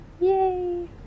Yay